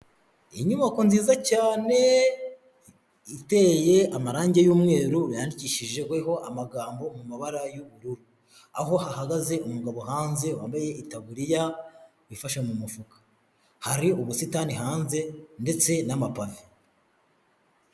Inyubako nziza cyane iteye amarangi y'umweru yandikishijweho amagambo mu mabara y'ubururu. Aho hahagaze umugabo hanze wambaye itaburiya wifashe mu mufuka; hari ubusitani hanze ndetse n'amapave.